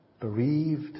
bereaved